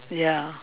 ya